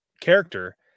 character